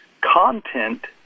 content